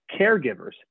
caregivers